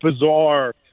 bizarre